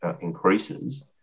increases